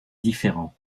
différent